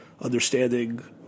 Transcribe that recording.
understanding